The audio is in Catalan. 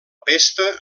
pesta